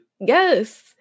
yes